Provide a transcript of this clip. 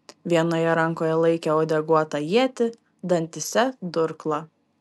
vienoje rankoje laikė uodeguotą ietį dantyse durklą